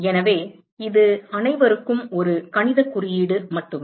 எனவே இது அனைவருக்கும் ஒரு கணிதக் குறியீடு மட்டுமே